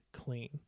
clean